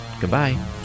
Goodbye